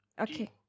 okay